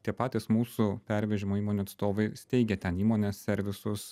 tie patys mūsų pervežimo įmonių atstovai steigia ten įmones servisus